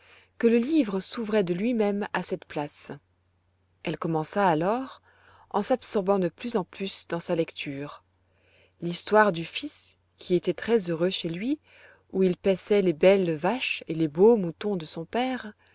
que le livre s'ouvrait de lui-même à cette place elle commença alors en s'absorbant de plus en plus dans sa lecture l'histoire du fils qui était très heureux chez lui où il paissait les belles vaches et les beaux moutons de son père